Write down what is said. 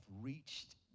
reached